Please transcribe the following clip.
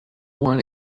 one